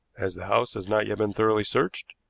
as the house has not yet been thoroughly searched,